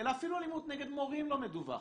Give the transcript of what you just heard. אלא אפילו אלימות נגד מורים לא מדווחת.